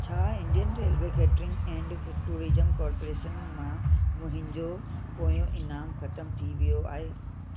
छा Indian railway catering and tourism corporation मां मुंहिंजो पोयों इनामु ख़तमु थी वियो आहे